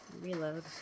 reload